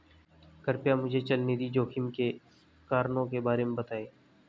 कृपया मुझे चल निधि जोखिम के कारणों के बारे में बताएं